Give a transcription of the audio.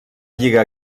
lliga